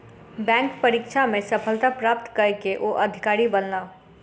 bank परीक्षा में सफलता प्राप्त कय के ओ अधिकारी बनला